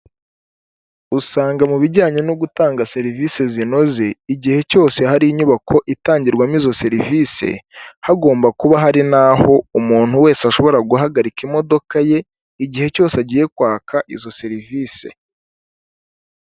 Usanga mu bijyanye no gutanga serivise zinoze igihe cyose hari inyubako itangirwamo izo serivise, hagomba kuba hari n'aho umuntu wese ashobora guhagarika imodoka ye igihe cyose agiye kwaka izo serivise.